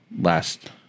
last